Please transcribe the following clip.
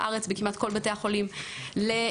כמעט בכל בתי החולים בארץ,